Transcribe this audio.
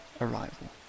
arrival